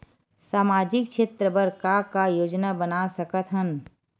सामाजिक क्षेत्र बर का का योजना बना सकत हन?